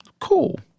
Cool